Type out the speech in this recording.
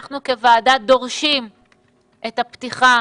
אנחנו כוועדה, דורשים את הפתיחה